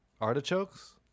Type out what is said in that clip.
artichokes